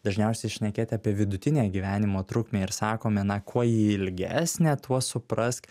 dažniausiai ir šnekėti apie vidutinę gyvenimo trukmę ir sakome na kuo ji ilgesnė tuo suprask